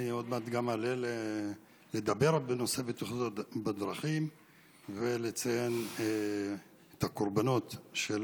עוד מעט אני גם אעלה לדבר בנושא בטיחות בדרכים ולציין את הקורבנות של